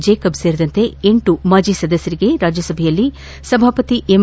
Jacob ಸೇರಿದಂತೆ ಎಂಟು ಮಾಜಿ ಸದಸ್ಯರಿಗೆ ರಾಜ್ಯ ಸಭೆಯಲ್ಲಿ ಸಭಾಪತಿ ಎಂ